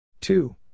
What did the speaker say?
Two